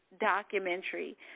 documentary